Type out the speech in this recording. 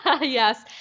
yes